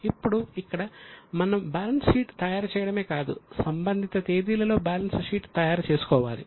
ఇప్పుడు ఇక్కడ మనం బ్యాలెన్స్ షీట్ తయారు చేయడమే కాదు సంబంధిత తేదీలలో బ్యాలెన్స్ షీట్ తయారు చేసుకోవాలి